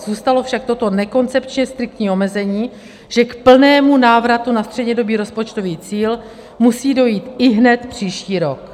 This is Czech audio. Zůstalo však toto nekoncepčně striktní omezení, že k plnému návratu na střednědobý rozpočtový cíl musí dojít ihned příští rok.